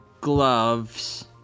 gloves